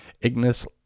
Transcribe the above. Ignis